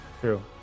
True